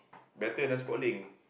better than sportslink